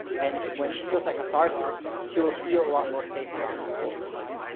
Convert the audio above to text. and when she feels that catharsis, she will feel a lot more safer on you over time.